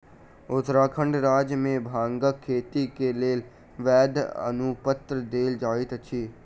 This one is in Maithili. उत्तराखंड राज्य मे भांगक खेती के लेल वैध अनुपत्र देल जाइत अछि